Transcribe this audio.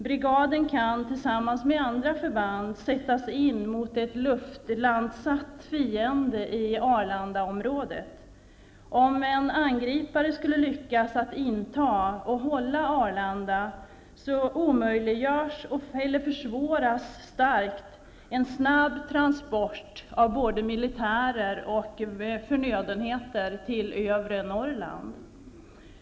Brigaden kan tillsammans med andra förband sättas in mot en luftlandsatt fiende i Arlandaområdet. Om en angripare skulle lyckas inta och hålla Arlanda, försvåras starkt en snabb transport av både militärer och förnödenheter till övre Norrland.